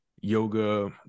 yoga